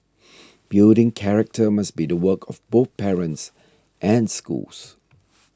building character must be the work of both parents and schools